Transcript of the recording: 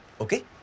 Okay